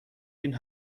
این